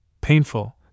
painful